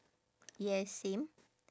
yes same